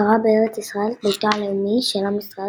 שרואה בארץ ישראל את ביתו הלאומי של עם ישראל